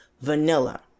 vanilla